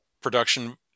production